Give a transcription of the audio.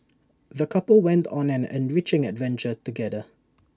the couple went on an enriching adventure together